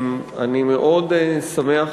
אני מאוד שמח,